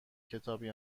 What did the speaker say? کتابی